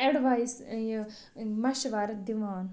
advice یہِ مَشوَرٕ دِوان